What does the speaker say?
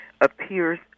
appears